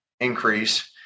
increase